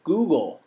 Google